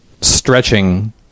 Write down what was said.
stretching